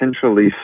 potentially